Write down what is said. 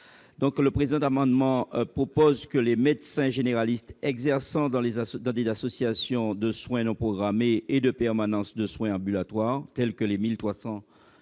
Le présent amendement prévoit que les médecins généralistes exerçant dans des associations de soins non programmés et de permanence de soins ambulatoires, tels que les 1 300 médecins